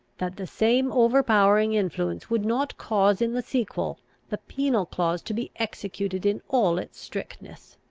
that the same overpowering influence would not cause in the sequel the penal clause to be executed in all its strictness.